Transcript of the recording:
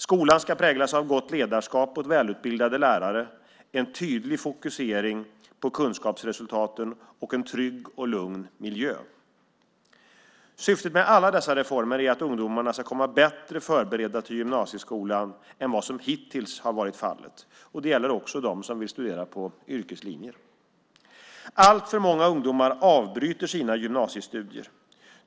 Skolan ska präglas av gott ledarskap och välutbildade lärare, en tydlig fokusering på kunskapsresultaten och en trygg och lugn miljö. Syftet med alla dessa reformer är att ungdomarna ska komma bättre förberedda till gymnasieskolan än vad som hittills har varit fallet. Det gäller också dem som vill studera på yrkeslinjer. Alltför många ungdomar avbryter sina gymnasiestudier.